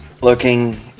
looking